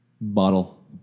Bottle